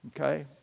okay